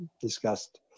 discussed